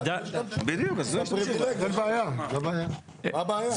מה הבעיה?